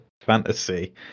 Fantasy